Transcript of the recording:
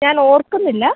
ഞാൻ ഓർക്കുന്നില്ല